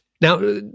Now